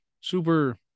super